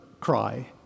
cry